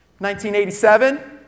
1987